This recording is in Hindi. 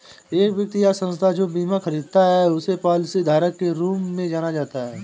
एक व्यक्ति या संस्था जो बीमा खरीदता है उसे पॉलिसीधारक के रूप में जाना जाता है